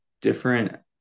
different